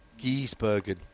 Giesbergen